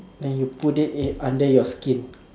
then you put it in under your skin